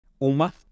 UMA